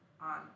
on